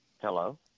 Hello